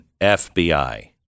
FBI